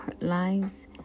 lives